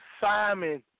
Simon